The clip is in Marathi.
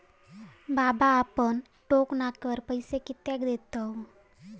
बाबा आपण टोक नाक्यावर पैसे कित्याक देतव?